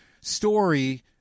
story